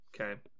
Okay